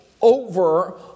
over